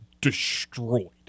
destroyed